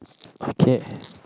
okay